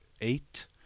eight